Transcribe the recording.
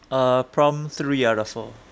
uh prompt three out of four